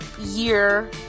year